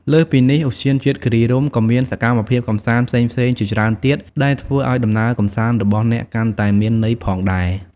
លើសពីនេះ ឧទ្យានជាតិគិរីរម្យក៏មានសកម្មភាពកម្សាន្តផ្សេងៗជាច្រើនទៀតដែលធ្វើឲ្យដំណើរកម្សាន្តរបស់អ្នកកាន់តែមានន័យផងដែរ។